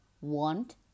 want